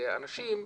כי האנשים,